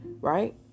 right